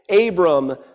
Abram